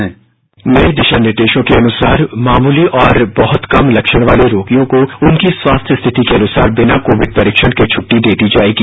sound bite नए दिशा निर्देशों के अनुसार मामूली और बहुत कम लक्षण वाले रोगियों को उनके स्वास्थ्य की स्थिति के अनुसार बिना कोविड परीक्षण के छुट्टी दे दी जाएगी